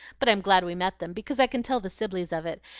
but i'm glad we met them, because i can tell the sibleys of it.